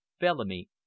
Bellamy